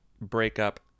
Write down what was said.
breakup